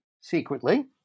secretly